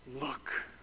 look